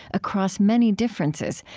across many differences,